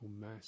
mass